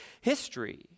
history